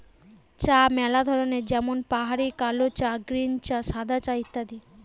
চা ম্যালা ধরনের যেমন পাহাড়ি কালো চা, গ্রীন চা, সাদা চা ইত্যাদি